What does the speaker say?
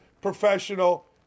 professional